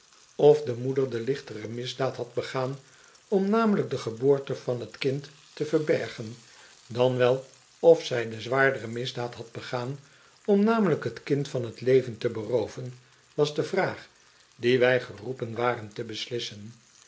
of de moeder de lichtere misdaad had begaan om namelijk de geboorte van t kind te verbergen dan wel of zij de zwaardere misdaad had begaan om namelijk t kind van t leven te berooven was de vraag die wij geroepen waren te beslissen